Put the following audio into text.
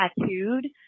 tattooed